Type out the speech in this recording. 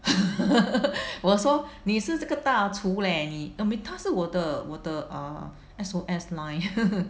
我说你是这个大厨 leh 你她是我的我的 err S_O_S line